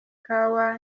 kawa